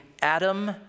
Adam